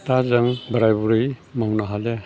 दा जों बोराय बुरि मावनो हालिया